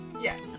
Yes